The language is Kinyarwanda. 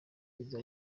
izajya